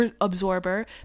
absorber